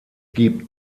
gibt